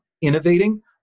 innovating